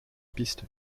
piste